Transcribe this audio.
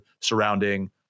surrounding